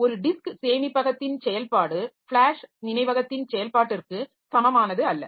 ஒரு டிஸ்க் சேமிப்பகத்தின் செயல்பாடு ஃபிளாஷ் நினைவகத்தின் செயல்பாட்டிற்கு சமமானதல்ல